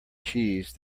cheese